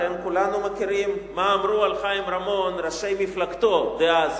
כולנו מכירים מה אמרו על חיים רמון ראשי מפלגתו דאז,